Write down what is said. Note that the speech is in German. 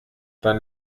dann